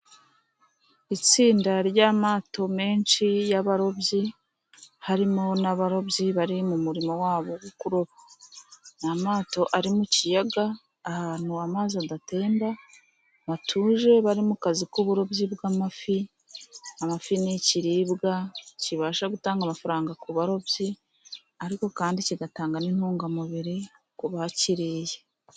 Itsinda ry'amato menshi y'abarobyi, harimo n'abarobyi bari mu murimo wabo wo kuroba. Amato ari mu kiyaga ahantu amazi adatemba hatuje. Bari mu kazi k'uburobyi bw'amafi. Amafi ni ikiribwa kibasha gutanga amafaranga ku barobyi, ariko kandi kigatanga n'intungamubiri ku bakiriye.